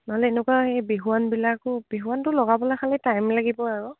নহলে এনেকুৱা এই বিহুৱানবিলাকো বিহুৱানটো লগাবলে খালি টাইম লাগিব আৰু